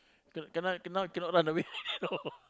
cannot cannot cannot run away no